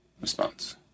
response